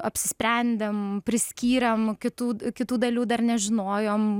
apsisprendėm priskyrėm kitų kitų dalių dar nežinojom